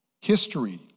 History